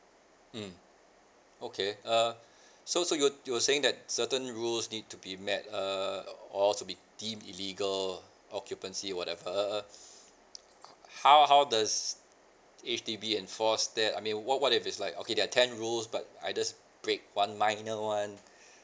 mm okay uh so so you you were saying that certain rules need to be met err or to be deemed illegal occupancy whatever how how does H_D_B enforce that I mean what what if it's like okay there are ten rules but I just break one minor [one]